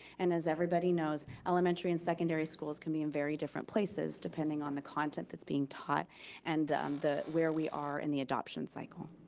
and as everybody knows, elementary and secondary schools can be in very different places depending on the content that's being taught and where we are in the adoption cycle.